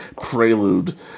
prelude